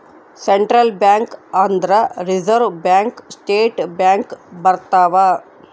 central bank ಅಂದ್ರ reserve bank state bank ಬರ್ತವ